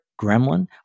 gremlin